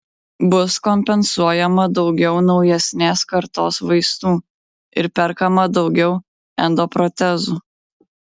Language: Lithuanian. bus kompensuojama daugiau naujesnės kartos vaistų ir perkama daugiau endoprotezų